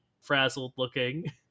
frazzled-looking